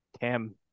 Tim